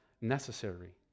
necessary